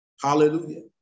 Hallelujah